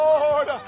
Lord